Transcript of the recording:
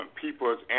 peoples